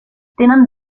tenen